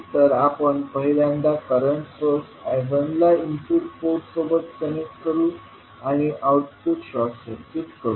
तर आपण पहिल्यांदा करंट सोर्स I1ला इनपुट पोर्ट सोबत कनेक्ट करू आणि आउटपुट शॉर्ट सर्किट करू